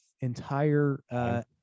entire